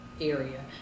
area